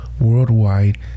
worldwide